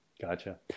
Gotcha